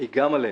גם עליהם.